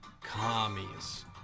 Commies